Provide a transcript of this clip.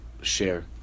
share